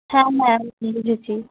হ্যাঁ হ্যাঁ বুঝেছি